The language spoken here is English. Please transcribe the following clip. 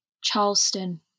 Charleston